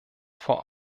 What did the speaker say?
vor